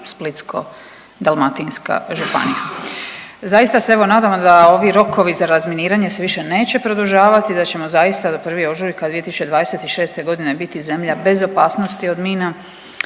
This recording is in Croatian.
Splitsko-dalmatinska županija. Zaista se evo nadamo da ovi rokovi za razminiranje se više neće produžavati, da ćemo zaista do 1. ožujka 2026.g. biti zemlja bez opasnosti od mina